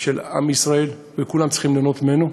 של עם ישראל וכולם צריכים ליהנות ממנו.